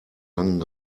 langen